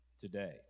today